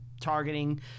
targeting